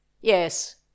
Yes